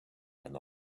than